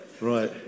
Right